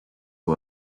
who